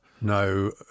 No